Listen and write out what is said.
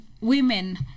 Women